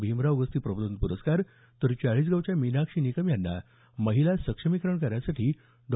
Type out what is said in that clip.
भीमराव गस्ती प्रबोधन पुरस्कार तर चाळीसगावच्या मिनाक्षी निकम यांना महिला सक्षमीकरण कार्यासाठी डॉ